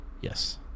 Yes